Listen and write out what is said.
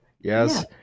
Yes